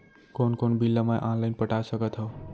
कोन कोन बिल ला मैं ऑनलाइन पटा सकत हव?